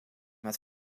met